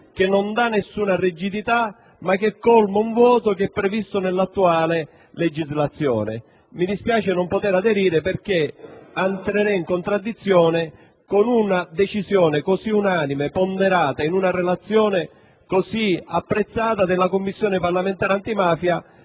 che non dà alcuna rigidità, ma che colma un vuoto esistente nell'attuale legislazione. Mi dispiace di non poter aderire, perché entrerei in contraddizione con una decisione unanime, ponderata in una relazione apprezzata della Commissione parlamentare antimafia